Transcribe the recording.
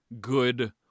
good